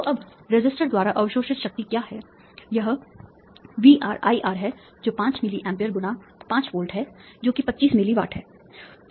तो अब रेसिस्टर द्वारा अवशोषित शक्ति क्या है यह VR IR है जो 5 मिली एम्प्स × 5 वोल्ट है जो कि पच्चीस मिली वाट है